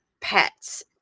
pets